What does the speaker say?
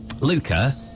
Luca